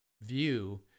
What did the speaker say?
view